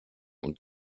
und